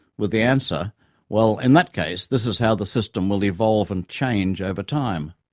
with the answer well in that case this is how the system will evolve and change over time.